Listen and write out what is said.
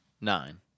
nine